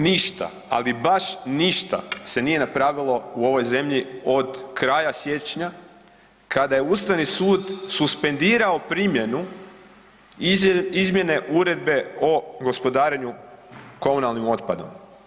Ništa, ali baš ništa se nije napravilo u ovoj zemlji od kraja siječnja kada je Ustavni sud suspendirao primjenu izmjene Uredbe o gospodarenju komunalnim otpadom.